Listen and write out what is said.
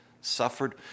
suffered